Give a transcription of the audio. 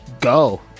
go